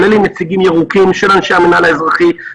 כולל עם נציגים ירוקים של אנשי המינהל האזרחי,